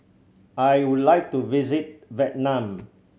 I would like to visit Vietnam